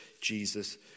Jesus